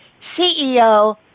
CEO